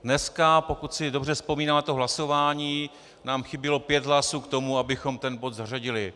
Dneska, pokud si dobře vzpomínám na to hlasování, nám chybělo 5 hlasů k tomu, abychom tento bod zařadili.